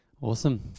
Awesome